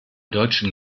deutschen